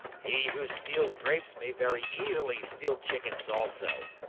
he who steals grapes may very easily steal chickens also.